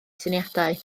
syniadau